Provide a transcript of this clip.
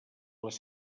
les